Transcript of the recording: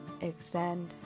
extend